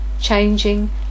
changing